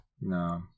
No